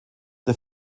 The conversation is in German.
der